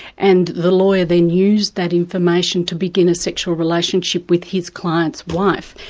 and the lawyer then used that information to begin a sexual relationship with his client's wife,